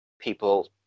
people